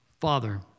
Father